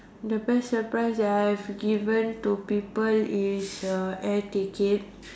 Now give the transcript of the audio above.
the best surprise that I have given to people is uh air ticket